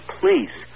please